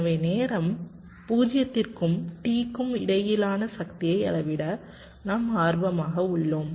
எனவே நேரம் 0 க்கும் T க்கும் இடையிலான சக்தியை அளவிட நாம் ஆர்வமாக உள்ளோம்